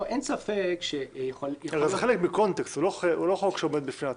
הרי זה חלק מקונטקסט, זה לא חוק שעומד בפני עצמו.